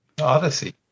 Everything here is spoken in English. Odyssey